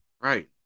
right